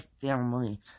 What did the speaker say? family